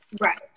Right